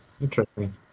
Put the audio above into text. Interesting